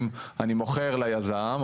אם אני מוכר ליזם,